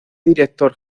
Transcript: director